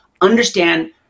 Understand